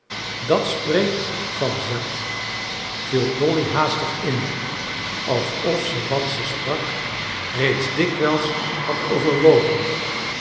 dat spreekt van zelf viel dolly haastig in alsof ze wat ze sprak reeds dikwijls had overwogen